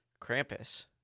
Krampus